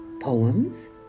Poems